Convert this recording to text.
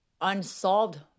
Unsolved